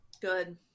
Good